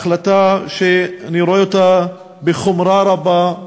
החלטה שאני רואה אותה בחומרה רבה,